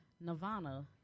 Nirvana